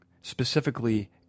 specifically